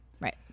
Right